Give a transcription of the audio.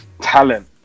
talent